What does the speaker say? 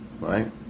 Right